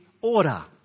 order